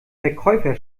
verkäufer